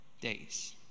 days